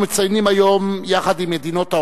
אנחנו מציינים היום, יחד עם מדינות העולם,